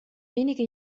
wenige